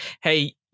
hey